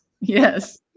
Yes